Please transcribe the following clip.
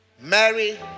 Mary